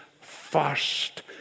first